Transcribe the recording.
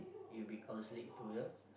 you will be counselling to the